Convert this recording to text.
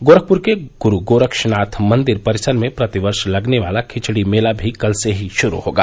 गोरखपुर के गुरू गोरक्षनाथ मंदिर परिसर में प्रतिवर्ष लगने वाला खिचड़ी मेला भी कल से ही शुरू होगा